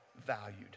valued